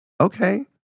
Okay